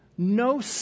No